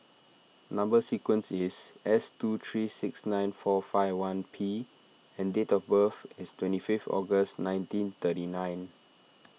Number Sequence is S two three six nine four five one P and date of birth is twenty five August nineteen thirty nine